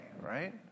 right